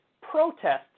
protests